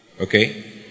Okay